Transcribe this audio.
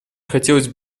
хотелось